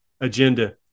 agenda